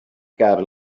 got